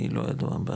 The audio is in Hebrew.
לי לא ידוע,